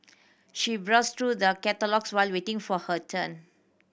she browsed through the catalogues while waiting for her turn